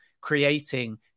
creating